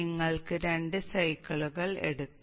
നിങ്ങൾക്ക് രണ്ട് സൈക്കിളുകൾ എടുക്കാം